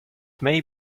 may